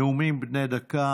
נאומים בני דקה.